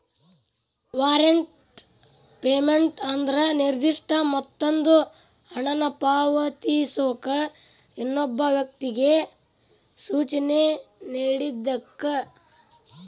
warrant payment ಅಂದ್ರ ನಿರ್ದಿಷ್ಟ ಮೊತ್ತದ ಹಣನ ಪಾವತಿಸೋಕ ಇನ್ನೊಬ್ಬ ವ್ಯಕ್ತಿಗಿ ಸೂಚನೆ ನೇಡಿದಂಗ